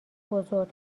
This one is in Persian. بزرگ